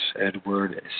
Edward